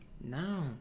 No